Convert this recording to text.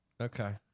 Okay